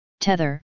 Tether